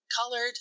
colored